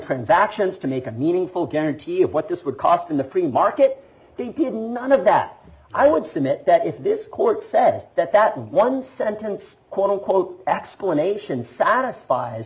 transactions to make a meaningful guarantee of what this would cost in the free market they did none of that i would submit that if this court said that that one sentence quote unquote explanation satisfied